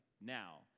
now